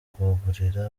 kugaburira